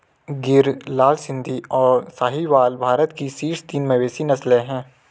गिर, लाल सिंधी, और साहीवाल भारत की शीर्ष तीन मवेशी नस्लें हैं